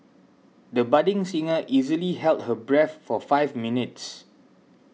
the budding singer easily held her breath for five minutes